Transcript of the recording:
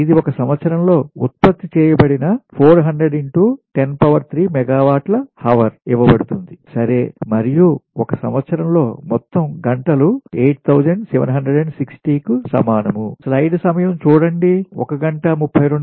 ఇది 1 సంవత్సరం లో ఉత్పత్తి చేయబడిన 400 103 మెగావాట్ల హవర్ ఇవ్వబడుతుంది సరే మరియు 1 సంవత్సరం లో మొత్తం గంటలు T 8760 కు సమానం